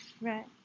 Right